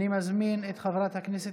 מס' 2120,